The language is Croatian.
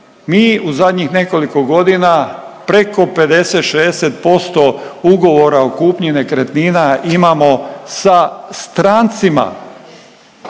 mi u zadnjih nekoliko godina preko 50-60% ugovora o kupnji nekretnina imamo sa strancima